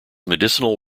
medicinal